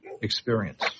experience